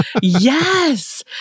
yes